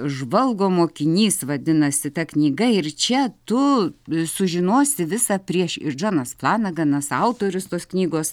žvalgo mokinys vadinasi ta knyga ir čia tu sužinosi visa prieš ir džonas vanaganas autorius tos knygos